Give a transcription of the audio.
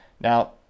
Now